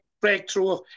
breakthrough